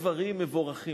נוספת,